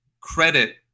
credit